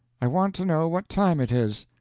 i want to know what time it is.